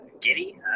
giddy